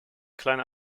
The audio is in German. kleine